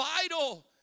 vital